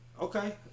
okay